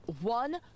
one